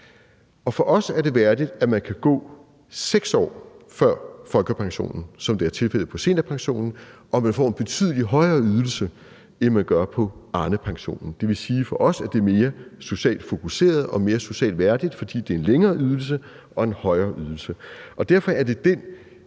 Og for os er det værdigt, at man kan gå fra 6 år før folkepensionen, som det er tilfældet med seniorpensionen, og at man får en betydelig højere ydelse, end man gør på Arnepensionen. Det vil sige, at for os er det mere socialt fokuseret og mere socialt værdigt, fordi det er en længere ydelse og en højere ydelse, og derfor er det den